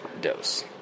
dose